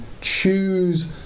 choose